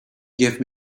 gave